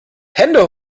hände